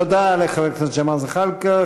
תודה לחבר הכנסת ג'מאל זחאלקה.